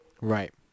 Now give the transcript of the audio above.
Right